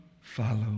follow